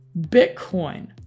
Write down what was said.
Bitcoin